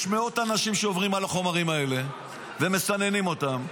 יש מאות אנשים שעוברים על החומרים האלה ומסננים אותם.